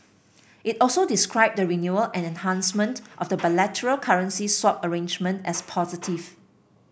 it also described the renewal and enhancement of the bilateral currency swap arrangement as positive